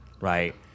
right